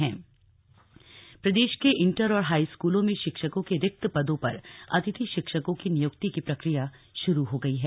guest teacher counselling प्रदेश के inter और हाईस्कूलों में शिक्षकों के रिक्त पदों पर अतिथि शिक्षकों की नियुक्ति की प्रक्रिया शुरू हो गई है